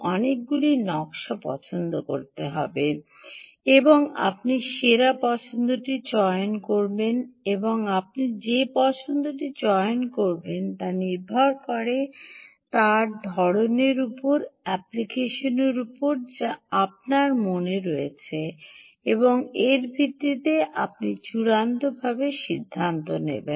অনেকগুলি নকশার পছন্দ থাকতে হবে এবং আপনি সেরা পছন্দটি চয়ন করেন এবং আপনি যে পছন্দটি চয়ন করেন তা নির্ভর করে তার ধরণের উপর অ্যাপ্লিকেশন যা আপনার মনে রয়েছে এবং এর ভিত্তিতে আপনি চূড়ান্তভাবে সিদ্ধান্ত নেবেন